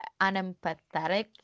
unempathetic